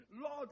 Lord